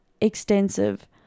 extensive